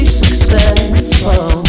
successful